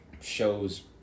shows